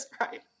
right